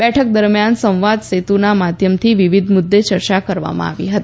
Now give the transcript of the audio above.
બેઠક દરમિયાન સંવાદ સેતુના માધ્યમથી વિવિધ મુદ્દે ચર્ચા કરવામાં આવી હતી